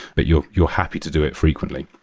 but you're you're happy to do it frequently.